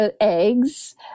eggs